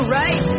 right